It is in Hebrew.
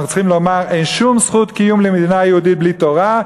אנחנו צריכים לומר: אין שום זכות קיום למדינה יהודית בלי תורה,